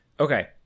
Okay